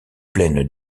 plaines